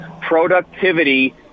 productivity